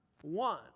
one